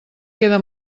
queda